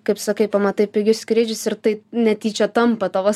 kaip sakai pamatai pigius skrydžius ir tai netyčia tampa tavo